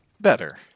better